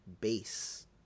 Base